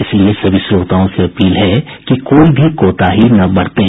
इसलिए सभी श्रोताओं से अपील है कि कोई भी कोताही न बरतें